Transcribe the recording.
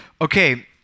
Okay